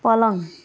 पलङ